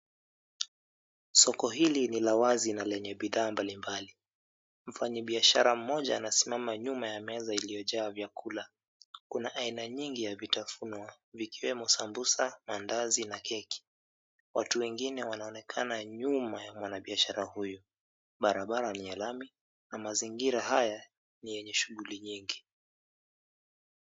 Soko hili ni la wazi na lenye bidhaa mbali mbali. Mfanyibiashara mmoja anasimama nyuma ya meza iliyojaa vyakula. Kuna aina nyingi ya vitafuno vikiwemo sambusa, mandazi na keki. Watu wengine wanaonekana nyuma ya mwanabiashara huyu. Barabara ni ya lami na mazingira haya ni yenye shughuli nyingi.